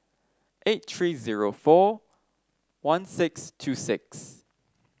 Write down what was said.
eight three zero four one six two six